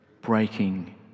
breaking